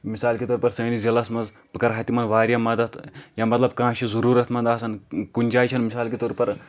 مثال کے طور پر سٲنِس ضِلعَس منٛز بہٕ کَرٕہا تِمَن واریاہ مَدد یا مطلب کانٛہہ چھُ ضُروٗرَت منٛد آسان کُنہِ جایہِ چھنہٕ مِثال کے طور پر